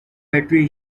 battery